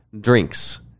drinks